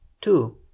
two